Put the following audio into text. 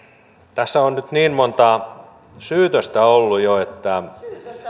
tässä on nyt niin monta syytöstä ollut jo että